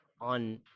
on